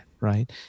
right